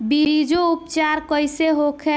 बीजो उपचार कईसे होखे?